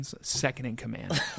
second-in-command